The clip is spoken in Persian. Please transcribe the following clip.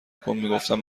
کن، میگفتم